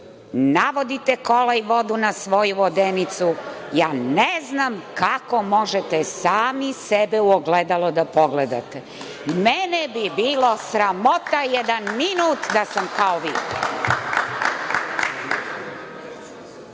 navodite kola i vodu na svoju vodenicu. Ja ne znam kako možete sami sebe u ogledalo da pogledate. Mene bi bilo sramota jedan minut da sam kao